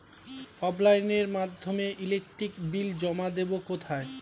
অফলাইনে এর মাধ্যমে ইলেকট্রিক বিল জমা দেবো কোথায়?